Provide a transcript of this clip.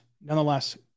nonetheless